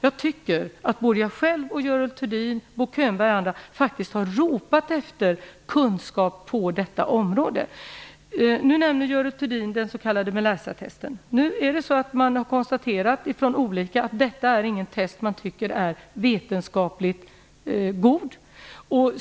Jag tycker att jag själv, Görel Thurdin, Bo Könberg och andra faktiskt har ropat efter kunskap på detta område. Nu nämner Görel Thurdin det s.k. Melisatestet. Man har på olika håll konstaterat att detta test inte är vetenskapligt gott.